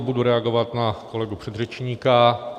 Budu reagovat na kolegu předřečníka.